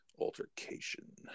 Altercation